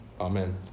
Amen